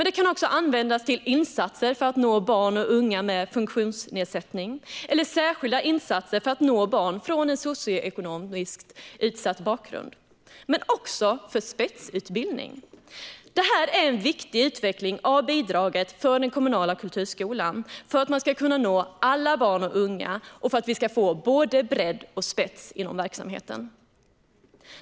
Det kan också användas till insatser för att nå barn och unga med funktionsnedsättning eller särskilda insatser för att nå barn från en socioekonomiskt utsatt bakgrund, men även till spetsutbildning. Detta är en viktig utveckling av bidraget för den kommunala kulturskolan, för att man ska kunna nå alla barn och unga och för att vi ska få både bredd och spets inom verksamheten.